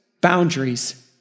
boundaries